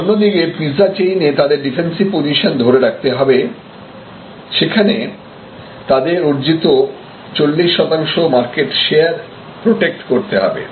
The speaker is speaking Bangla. অন্যদিকে পিজ্জা চেইন এ তাদের ডিফেন্সিভ পজিশন ধরে রাখতে হবে সেখানে তাদের অর্জিত 40 শতাংশ মার্কেট শেয়ার প্রটেক্ট করতে হবে